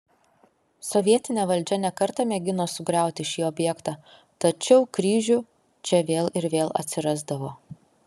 sovietinė valdžia ne kartą mėgino sugriauti šį objektą tačiau kryžių čia vėl ir vėl atsirasdavo